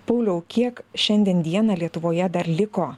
pauliau kiek šiandien dieną lietuvoje dar liko